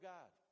God